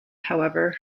however